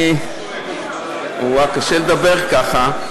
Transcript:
רבותי, אני רוצה שוב, רבותי, קשה לדבר ככה.